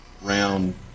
round